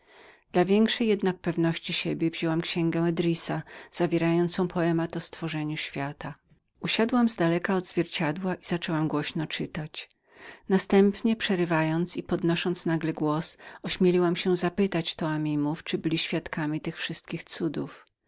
dla większej jednak pewności samej siebie wzięłam księgę edrisa zawierającą poemat o stworzeniu świata usiadłam zdaleka od zwierciadła i zaczęłam głośno czytać następnie przerywając i podnosząc nagle głos ośmieliłam się zapytać taminów czy byli świadkami tych wszystkich cudów